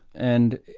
and